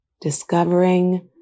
Discovering